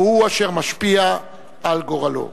והוא אשר משפיע על גורלו.